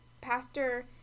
pastor